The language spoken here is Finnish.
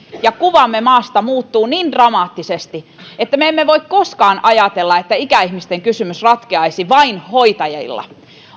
ja kuvamme maasta muuttuu niin dramaattisesti että me emme voi koskaan ajatella että ikäihmisten kysymys ratkeaisi vain hoitajilla